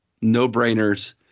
no-brainers